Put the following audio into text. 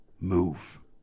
move